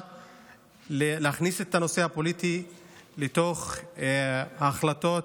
יכניסו את הנושא הפוליטי לתוך ההחלטות